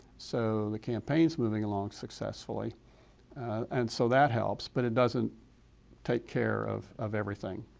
so the campaign's moving along successfully and so that helps but it doesn't take care of of everything.